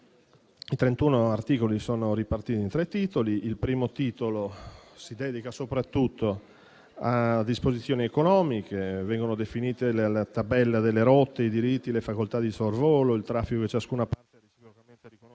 articoli sono ripartiti in tre titoli, il primo dei quali si dedica soprattutto a disposizioni economiche. Vengono definiti la tabella delle rotte e i diritti e le facoltà di sorvolo, il traffico che ciascuna parte